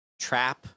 trap